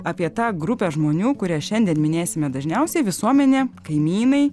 apie tą grupę žmonių kurią šiandien minėsime dažniausiai visuomenė kaimynai